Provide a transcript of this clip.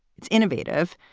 it's innovative,